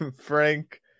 Frank